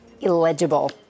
illegible